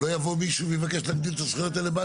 אם לא יגדילו היום את הזכויות ותהיה שם תחנה,